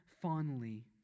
fondly